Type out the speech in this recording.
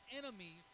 enemy